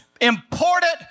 important